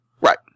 right